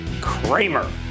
Kramer